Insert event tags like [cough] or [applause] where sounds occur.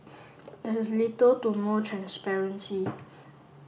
[noise] there is little to no transparency